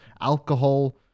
alcohol